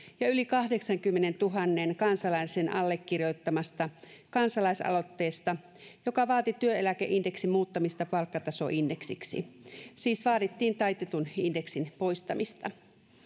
ja yli kahdeksankymmenentuhannen kansalaisen allekirjoittamasta kansalaisaloitteesta joka vaati työeläkeindeksin muuttamista palkkatasoindeksiksi siis vaadittiin taitetun indeksin poistamista